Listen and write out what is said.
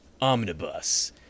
Omnibus